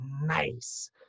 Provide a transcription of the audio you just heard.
nice